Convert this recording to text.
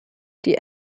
die